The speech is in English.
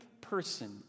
person